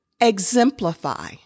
exemplify